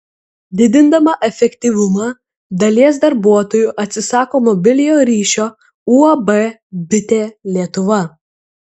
didindama efektyvumą dalies darbuotojų atsisako mobiliojo ryšio uab bitė lietuva